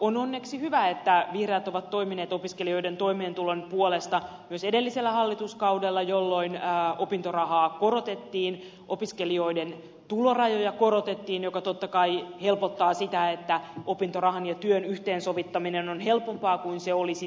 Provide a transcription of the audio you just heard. on onneksi hyvä että vihreät ovat toimineet opiskelijoiden toimeentulon puolesta myös edellisellä hallituskaudella jolloin opintorahaa korotettiin opiskelijoiden tulorajoja korotettiin joka totta kai helpottaa sitä että opintorahan ja työn yhteensovittaminen on helpompaa kuin se oli sitä ennen